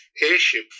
airship